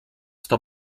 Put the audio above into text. się